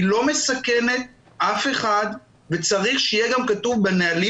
היא לא מסכנת אף אחד וצריך שיהיה גם כתוב בנהלים